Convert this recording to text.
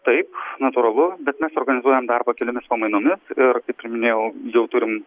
taip natūralu bet mes organizuojam darbą keliomis pamainomis ir kaip ir minėjau jau turim